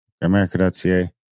America.ca